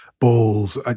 balls